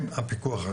הם הפיקוח,